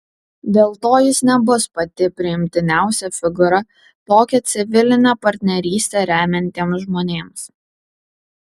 dėl to jis nebus pati priimtiniausia figūra tokią civilinę partnerystę remiantiems žmonėms